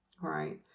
right